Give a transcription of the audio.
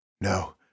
No